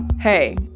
Hey